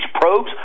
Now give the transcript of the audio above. probes